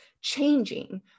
changing